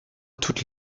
toute